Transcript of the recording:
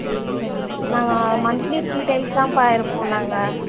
நாங்கள் monthly three times தான்ப்பா இருப்போம் நாங்கள்